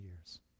years